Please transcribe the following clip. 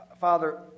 Father